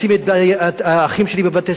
לשים את האחים שלי בבתי-ספר,